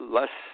Less